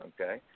Okay